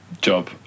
job